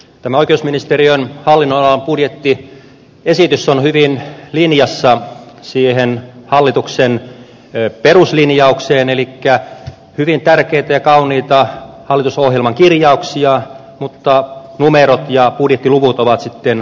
tämä oikeusministeriön hallinnonalan budjettiesitys on hyvin linjassa hallituksen peruslinjaukseen elikkä hyvin tärkeitä ja kauniita hallitusohjelman kirjauksia mutta numerot ja budjettiluvut ovat sitten vähän toista